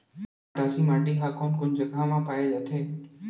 मटासी माटी हा कोन कोन जगह मा पाये जाथे?